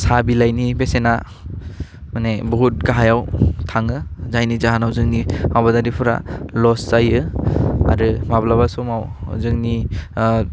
साह बिलाइनि बेसेना मानि बुहुथ गाहायाव थाङो जायनि जाहोनाव जोंनि आबादारिफोरा लस जायो आरो माब्लाबा समाव जोंनि ओह